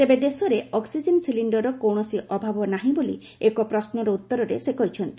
ତେବେ ଦେଶରେ ଅକ୍ଟିକ୍ଜେନ୍ ସିଲିଣ୍ଡରର କୌଣସି ଅଭାବ ନାହିଁ ବୋଲି ଏକ ପ୍ରଶ୍ନର ଉତ୍ତରରେ ସେ କହିଛନ୍ତି